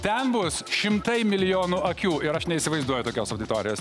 ten bus šimtai milijonų akių ir aš neįsivaizduoju tokios auditorijos